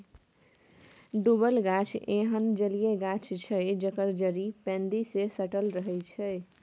डुबल गाछ एहन जलीय गाछ छै जकर जड़ि पैंदी सँ सटल रहै छै